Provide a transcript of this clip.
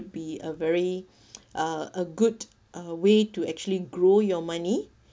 be a very uh a good uh way to actually grow your money